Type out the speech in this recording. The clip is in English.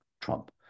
Trump